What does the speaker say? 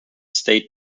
state